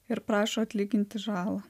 ir prašo atlyginti žalą